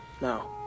No